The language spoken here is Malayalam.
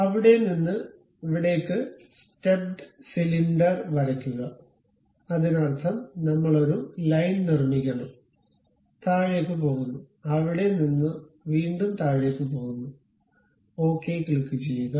അവിടെ നിന്ന് അവിടേക്ക് സ്റ്റെപ്പ്ഡ് സിലിണ്ടർ വരയ്ക്കുക അതിനർത്ഥം നമ്മൾ ഒരു ലൈൻ നിർമ്മിക്കണം താഴേക്ക് പോകുന്നു അവിടെ നിന്ന് വീണ്ടും താഴേക്ക് പോകുന്നു ഓക്കേ ക്ലിക്കുചെയ്യുക